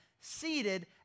seated